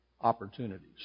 opportunities